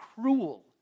cruel